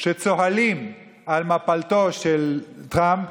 שצוהלים על מפלתו של טראמפ,